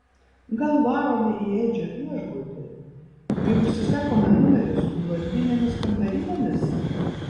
gal varome į edžio viešbutį ir užsisakome numerius su blondinėmis kambarinėmis